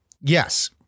Yes